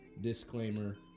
Disclaimer